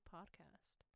Podcast